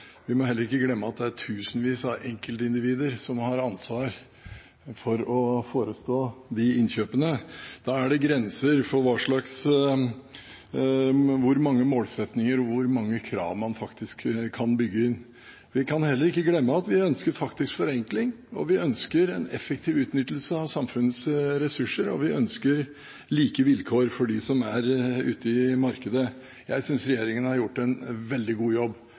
Vi må heller ikke glemme at det er tusenvis av enkeltindivider som har ansvar for å forestå de innkjøpene. Da er det grenser for hvor mange målsettinger og hvor mange krav man faktisk kan bygge inn. Vi må heller ikke glemme at vi faktisk ønsker forenkling. Vi ønsker en effektiv utnyttelse av samfunnets ressurser, og vi ønsker like vilkår for dem som er ute i markedet. Jeg synes regjeringen har gjort en veldig god jobb,